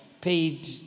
Paid